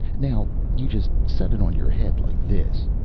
now you just set it on your head, like this